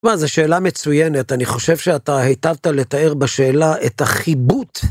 מה, זו שאלה מצוינת, אני חושב שאתה היטבת לתאר בשאלה את החיבוט.